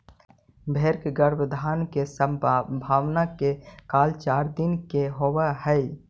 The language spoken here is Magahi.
भेंड़ के गर्भाधान के संभावना के काल चार दिन के होवऽ हइ